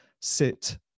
sit